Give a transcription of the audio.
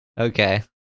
Okay